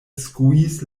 skuis